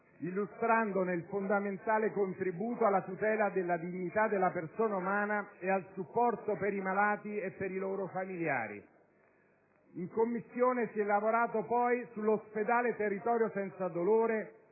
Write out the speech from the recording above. illustrandone il fondamentale contributo alla tutela della dignità della persona umana e al supporto per i malati e per i loro familiari. In Commissione si è lavorato poi sul progetto «Ospedale-Territorio senza dolore»